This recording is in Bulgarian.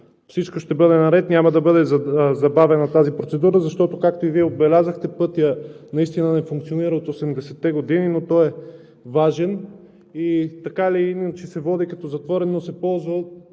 всичко ще бъде наред и няма да бъде забавена тази процедура, защото, както и Вие отбелязахте, пътят наистина не функционира от 80-те години, но той е важен. Така или иначе се води като затворен, но се ползва